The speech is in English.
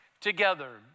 together